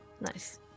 nice